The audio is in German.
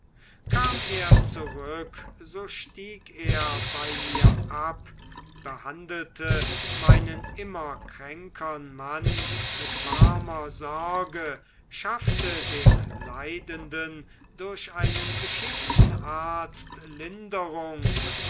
kam er zurück so stieg er bei mir ab behandelte meinen immer kränkern mann mit warmer sorge schaffte dem leidenden durch einen geschickten arzt linderung